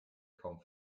kaum